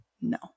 no